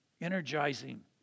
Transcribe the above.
energizing